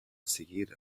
seguir